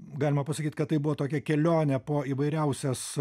galima pasakyt kad tai buvo tokia kelionė po įvairiausias